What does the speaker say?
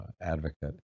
advocate